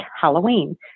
Halloween